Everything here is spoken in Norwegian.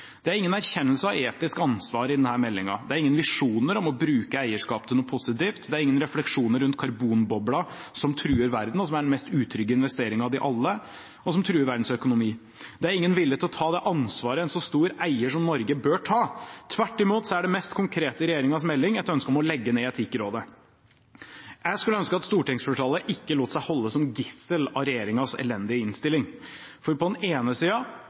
Det er ingen erkjennelse av etisk ansvar i denne meldingen. Det er ingen visjoner om å bruke eierskapet til noe positivt. Det er ingen refleksjoner rundt karbonbobla som truer verden, som er den mest utrygge investeringen av dem alle, og som truer verdens økonomi. Det er ingen vilje til å ta det ansvaret en så stor eier som Norge bør ta. Tvert imot er det mest konkrete i regjeringens melding et ønske om å legge ned Etikkrådet. Jeg skulle ønske at stortingsflertallet ikke lot seg holde som gissel av regjeringens elendige innstilling. På den ene